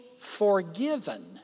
forgiven